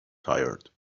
tired